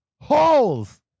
Holes